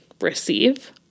receive